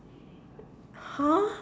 !huh!